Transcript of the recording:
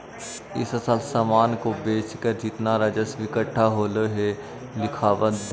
इस साल सामान को बेचकर जितना राजस्व इकट्ठा होलो हे उ लिखवा द